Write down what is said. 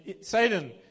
Satan